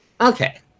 Okay